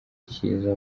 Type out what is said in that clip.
cyiza